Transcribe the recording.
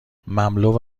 مملو